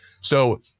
So-